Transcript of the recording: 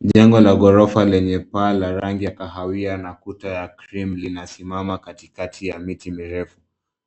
Jengo la ghorofa lenye paa la rangi ya kahawia na kuta ya cream linasimama katikati ya miti mirefu.